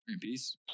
peace